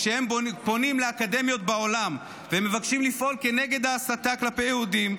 כשהם פונים לאקדמיות בעולם ומבקשים לפעול נגד ההסתה כלפי יהודים,